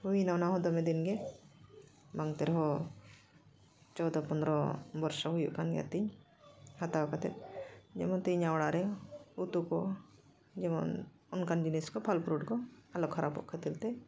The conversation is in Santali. ᱦᱩᱭᱱᱟ ᱚᱱᱟᱦᱚᱸ ᱫᱚᱢᱮ ᱫᱤᱱᱜᱮ ᱵᱟᱝᱛᱮ ᱨᱮᱦᱚᱸ ᱪᱳᱫᱽᱫᱳ ᱯᱚᱸᱫᱽᱨᱚ ᱵᱚᱨᱥᱚ ᱦᱩᱭᱩᱜ ᱠᱟᱱ ᱜᱮᱭᱟ ᱛᱤᱧ ᱦᱟᱛᱟᱣ ᱠᱟᱛᱮᱫ ᱡᱮᱢᱚᱱ ᱛᱮ ᱤᱧᱟᱹᱜ ᱚᱲᱟᱜᱨᱮ ᱩᱛᱩᱠᱚ ᱡᱮᱢᱚᱱ ᱚᱱᱠᱟᱱ ᱡᱤᱱᱤᱥ ᱠᱚ ᱯᱷᱚᱞ ᱯᱷᱨᱩᱴ ᱠᱚ ᱟᱞᱚ ᱠᱷᱟᱨᱟᱯᱚᱜ ᱠᱷᱟᱹᱛᱤᱨ ᱛᱮ